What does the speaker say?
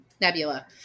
Nebula